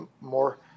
more